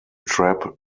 trap